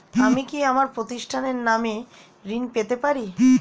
আমি কি আমার প্রতিষ্ঠানের নামে ঋণ পেতে পারি?